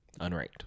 unranked